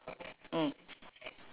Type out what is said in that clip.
mm